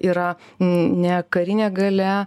yra ne karinė galia